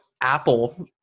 Apple